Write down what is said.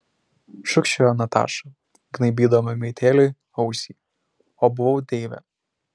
šūkčiojo nataša gnaibydama meitėliui ausį o buvau deivė